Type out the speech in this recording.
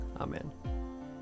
Amen